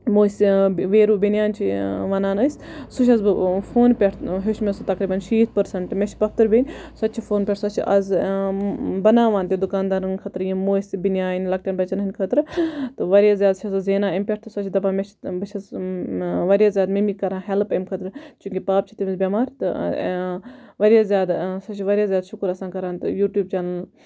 مٔسۍ بیٚیہِ رُو بنیان چھِ وونان أسۍ سُہ چھَس بہٕ فونہ پیٚٹھ ہیٚوچھ مےٚ سُہ تَقریباً شیٖتھ پرسنٹ مےٚ چھُ پۄپھتر بیٚنہِ سۄ تہِ چھِ فونہِ پیٚٹھ سۄ چھِ آزٕ بَناوان تہِ دُکاندارَن خٲطرٕ یہِ مٔسۍ بنیان لۄکٹیٚن بَچَن ہٕنٛدۍ خٲطرٕ واریاہ زیاد چھِ سۄ زینان امہ پیٚٹھِ تہٕ سۄ چھِ دَپان مےٚ چھ بہٕ چھَس واریاہ زیاد ممی کَران ہیٚلپ امہ خٲطرٕ چونٛکہِ پاپہٕ چھُ تٔمِس بیٚمار تہٕ واریاہ زیادٕ سُہ چھُ واریاہ زیاد شُکُر آسان کَران تہٕ یوٗٹیوٗب چَنَل